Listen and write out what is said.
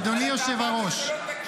אדוני היושב-ראש,